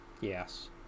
Yes